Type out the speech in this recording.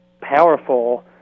powerful